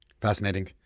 Fascinating